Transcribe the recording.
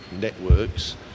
networks